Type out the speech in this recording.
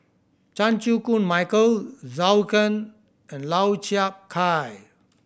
Chan Chew Koon Michael Zhou Can and Lau Chiap Khai